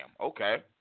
okay